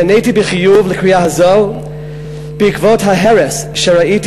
נעניתי בחיוב לקריאה הזו בעקבות ההרס שראיתי